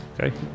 Okay